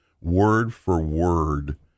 word-for-word